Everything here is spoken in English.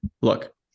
Look